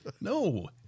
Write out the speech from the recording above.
No